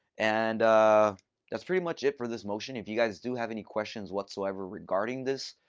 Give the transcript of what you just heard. and that's pretty much it for this motion. if you guys do have any questions whatsoever regarding this,